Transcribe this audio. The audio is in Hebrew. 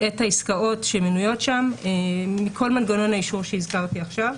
את העסקאות שמנויות שם מכל מנגנון האישור שהזכרתי עכשיו.